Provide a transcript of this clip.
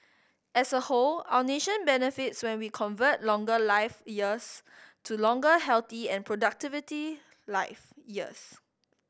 as a whole our nation benefits when we convert longer life years to longer healthy and productivity life years